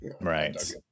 Right